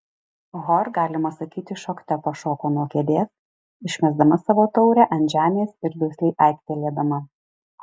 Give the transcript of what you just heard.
hor galima sakyti šokte pašoko nuo kėdės išmesdama savo taurę ant žemės ir dusliai aiktelėdama